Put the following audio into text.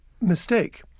mistake